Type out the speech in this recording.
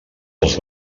els